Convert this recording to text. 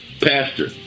pastor